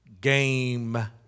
game